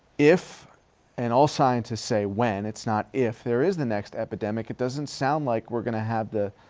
if and all scientists say when, it's not if, there is the next epidemic, it doesn't sound like we're going to have the